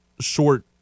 short